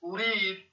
lead